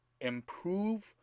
improve